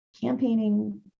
campaigning